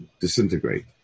disintegrate